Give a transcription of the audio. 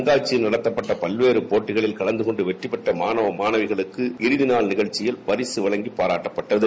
கண்காட்சியில் நடைபெற்ற பல்வேறு போட்டிகளில் கலந்து கொண்டு வெற்றிபெற்ற மாணவ மாணவிகளுக்கு இறுதிநாள் நிகழ்ச்சியில் பரிசு வழங்கி பாராட்டப்பட்டது